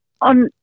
on